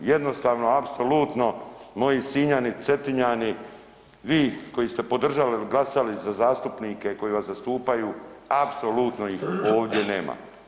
Jednostavno apsolutno moji Sinjani, Cetinjani, vi koji ste podržali i glasali za zastupnike koji vas zastupaju apsolutno ih ovdje nema.